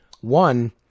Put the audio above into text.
One